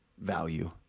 value